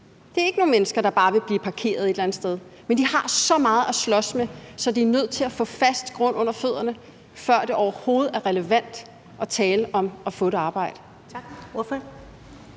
Det er ikke nogle mennesker, der bare ønsker at blive parkeret et eller andet sted, men de har så meget at slås med, at de er nødt til at få fast grund under fødderne, før det overhovedet er relevant at tale om at få et arbejde.